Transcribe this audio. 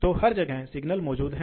तो हम यहाँ हैं